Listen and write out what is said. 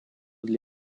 для